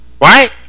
Right